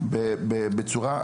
ברורה.